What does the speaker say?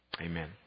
Amen